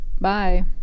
Bye